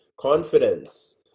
confidence